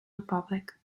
republic